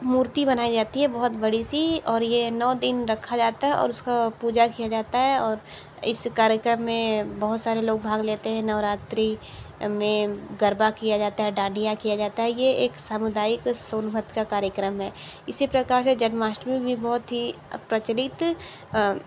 मूर्ति बनाई जाती है बहुत बड़ी सी और ये नौ दिन रखा जाता है उसका पूजा किया जाता है और इस कार्यक्रम में बहुत सारे लोग भाग लेते है नवरात्री में गरबा किया जाता है डांडिया किया जाता है ये एक समुदायिक सोनभद्र का कार्यक्रम है इसी प्रकार से जन्मष्टमी भी बहुत ही प्रचलित